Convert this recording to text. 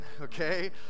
okay